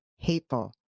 hateful